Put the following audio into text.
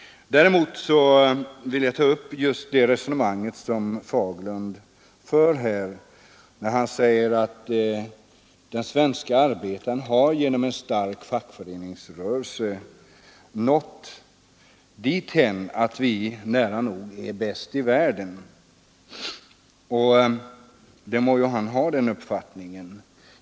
Däremot vill jag ta upp herr Fagerlunds resonemang när han säger att den svenske arbetaren genom en stark fackföreningsrörelse har nått dithän att vi nära nog är bäst i världen. Han må ju ha den uppfattningen.